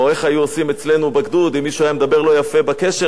אם מישהו היה מדבר לא יפה בקשר אז היו אומרים לו: נקטעת,